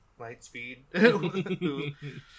Lightspeed